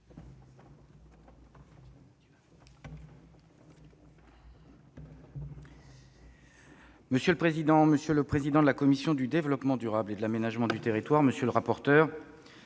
Monsieur le président, monsieur le président de la commission du développement durable et de l'aménagement du territoire, monsieur le rapporteur,